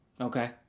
Okay